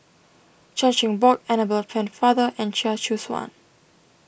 Chan Chin Bock Annabel Pennefather and Chia Choo Suan